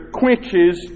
quenches